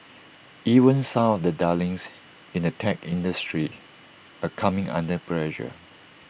even some of the darlings in the tech industry are coming under pressure